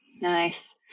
Nice